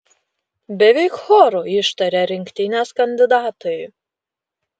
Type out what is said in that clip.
beveik choru ištarė rinktinės kandidatai